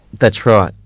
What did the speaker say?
that's right.